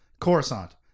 Coruscant